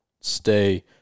stay